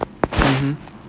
mmhmm